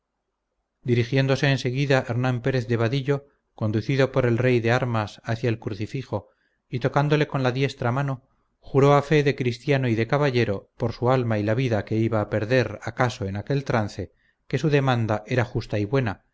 dirigiéndose en seguida hernán pérez de vadillo conducido por el rey de armas hacia el crucifijo y tocándole con la diestra mano juró a fe de cristiano y de caballero por su alma y la vida que iba a perder acaso en aquel trance que su demanda era justa y buena